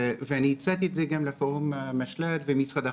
ואני הצעתי את זה גם לפורום המשל"ט ולמשרד החוץ,